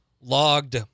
logged